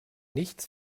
nichts